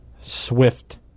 swift